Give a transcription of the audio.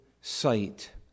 sight